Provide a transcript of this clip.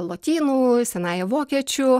lotynų senąja vokiečių